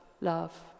love